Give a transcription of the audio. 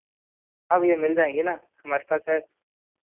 हाँ भैया मिल जाएँगी ना हमारे पास है